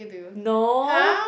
no